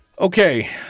Okay